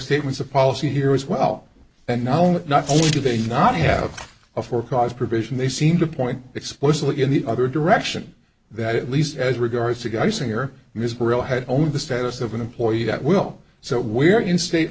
statements of policy here as well and now that not only do they not have a for cause provision they seem to point explicitly in the other direction that at least as regards to guy singer his real head on the status of an employee that will so we're in state